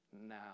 Now